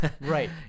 Right